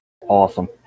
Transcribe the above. Awesome